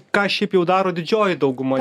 ką šiaip jau daro didžioji dauguma